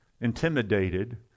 intimidated